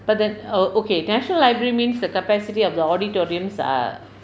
but then err okay national library means the capacity of the auditoriums are